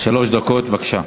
בבקשה.